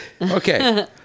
Okay